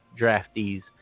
draftees